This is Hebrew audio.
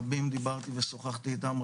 רבים דיברתי ושוחחתי אתם,